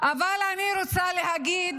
אבל אני רוצה להגיד